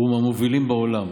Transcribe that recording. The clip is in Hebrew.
והוא מהמובילים בעולם